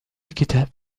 الكتاب